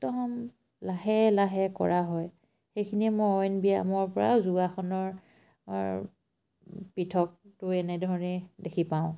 একদম লাহে লাহে কৰা হয় সেইখিনিয়ে মই অইন ব্যায়ামৰ পৰাও যোগাসনৰ পৃথকটো এনেধৰণে দেখি পাওঁ